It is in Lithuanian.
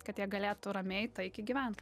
kad jie galėtų ramiai taikiai gyvent